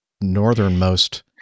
northernmost